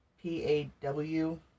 P-A-W